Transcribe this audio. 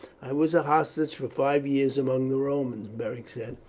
i was a hostage for five years among the romans, beric said,